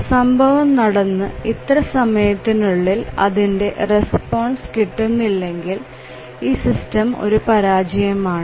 ഒരു സംഭവം നടന്നു ഇത്ര സമയത്തിനുള്ളിൽ അതിന്റെ റെസ്പോൺസ് കിട്ടുന്നില്ലെങ്കിൽ ഈ സിസ്റ്റം ഒരു പരാജയമാണ്